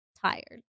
tired